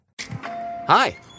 Hi